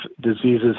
diseases